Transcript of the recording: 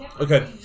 Okay